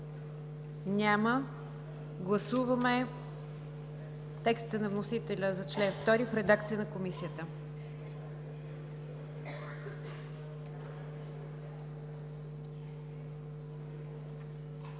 Няма. Гласуваме текста на вносителя за чл. 2 в редакция на Комисията.